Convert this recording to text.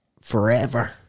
Forever